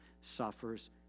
suffers